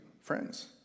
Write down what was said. friends